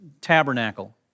tabernacle